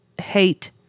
hate